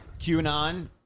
Qanon